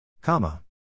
comma